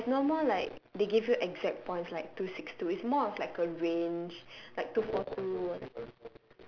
there's no more like they give you exact points like two six two it's more of like a range like two four two or like